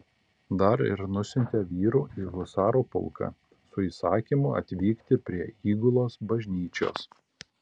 dar ir nusiuntė vyrų į husarų pulką su įsakymu atvykti prie įgulos bažnyčios